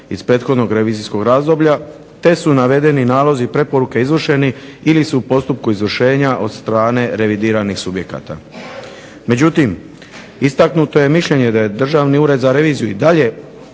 iz prethodnog revizijskog razdoblja te su navedeni nalozi i preporuke izvršeni ili su u postupku izvršenja od strane revidiranih subjekata. Međutim, istaknuto je mišljenje da Državni ured za reviziju i dalje